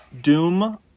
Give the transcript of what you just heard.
Doom